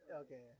Okay